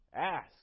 Ask